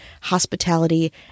hospitality